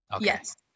Yes